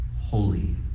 holy